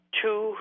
two